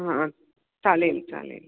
हां चालेल चालेल